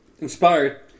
inspired